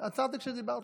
עצרתי כשדיברתי.